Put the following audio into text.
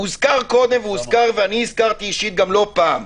הוזכר קודם וגם אני הזכרתי לא פעם,